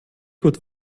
gut